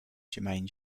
jermaine